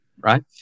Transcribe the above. right